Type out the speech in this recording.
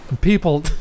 People